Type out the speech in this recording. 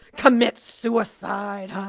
commit suicide,